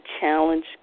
challenge